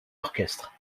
orchestre